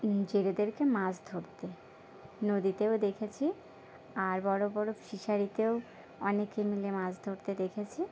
জেলেদেরকে মাছ ধরতে নদীতেও দেখেছি আর বড় বড় ফিশারিতেও অনেকে মিলে মাছ ধরতে দেখেছি